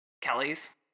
Kelly's